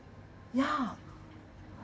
ya